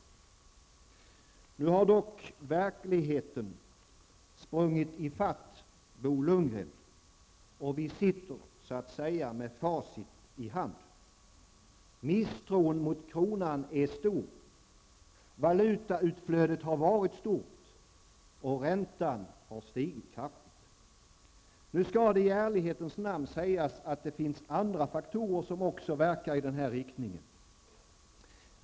Nu har dock verkligheten sprungit i fatt Bo Lundgren och vi sitter s.a.s. med facit i hand. Misstron mot kronan är stor, valutautflödet har varit stort och räntan har stigit kraftigt. Nu skall det i ärlighetens namn sägas att det finns andra faktorer som också verkar i denna riktning.